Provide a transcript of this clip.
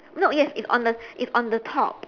no yes it's on the it's on the top